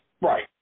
right